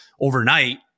overnight